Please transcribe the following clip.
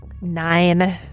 Nine